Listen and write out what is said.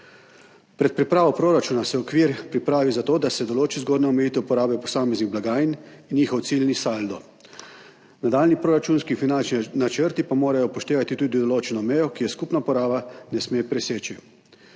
Pred pripravo proračuna se okvir pripravi zato, da se določi zgornja omejitev porabe posameznih blagajn in njihov ciljni saldo. Nadaljnji proračunski finančni načrti pa morajo upoštevati tudi določeno mejo, ki je skupna poraba ne sme preseči.